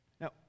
Now